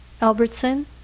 Albertson